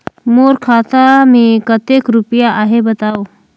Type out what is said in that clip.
मोर खाता मे कतेक रुपिया आहे बताव?